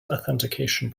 authentication